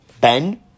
Ben